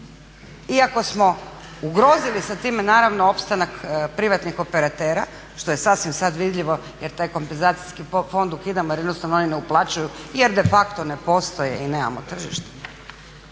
iako smo ugrozili sa time naravno opstanak privatnih operatera što je sasvim sada vidljivo jer taj kompenzacijski fond ukidamo jer jednostavno oni ne uplaćuju jer de facto ne postoje i nemamo tržište.